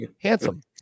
handsome